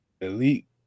elite